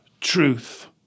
Truth